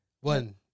One